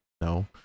No